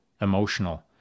emotional